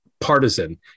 partisan